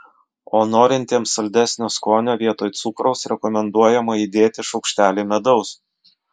o norintiems saldesnio skonio vietoj cukraus rekomenduojama įdėti šaukštelį medaus